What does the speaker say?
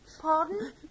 Pardon